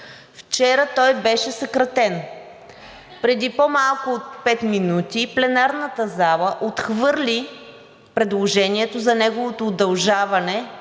Вчера той беше съкратен. Преди по-малко от пет минути пленарната зала отхвърли предложението за неговото удължаване